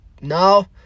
no